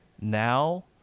now